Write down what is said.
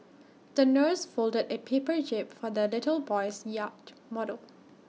the nurse folded A paper jib for the little boy's yacht model